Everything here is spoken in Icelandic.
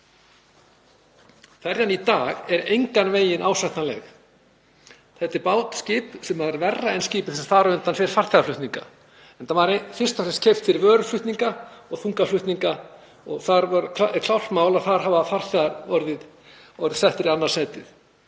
Ferjan í dag er engan veginn ásættanleg. Þetta er skip sem er verra en skipin sem voru þar á undan fyrir farþegaflutninga, enda var það fyrst og fremst keypt fyrir vöruflutninga og þungaflutninga og það er klárt mál að þar hafa farþegar verið settir í annað sæti.